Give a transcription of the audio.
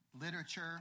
literature